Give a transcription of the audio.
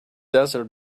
desert